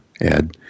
Ed